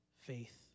faith